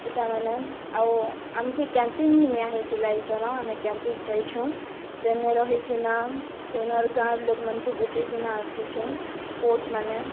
ଇ'ଟା ମାନେ ଆଉ ଆମ୍କେ କ୍ୟାମ୍ପିଂ ବି ନିଆ ହେଇଥିଲା ଇଥର ଆମେ କ୍ୟାମ୍ପିଂ ଯାଇଛୁଁ ସେନେ ରହିକିନା ସେନର୍ ଗାଁ'ର୍ ଲୋକମାନକୁଁ ବୁଝେଇକିନା ଆସିଛୁଁ ସ୍ପୋର୍ଟସ୍ ମାନେ